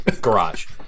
garage